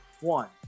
One